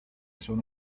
sono